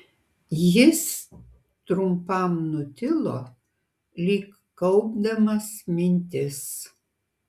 jis trumpam nutilo lyg kaupdamas mintis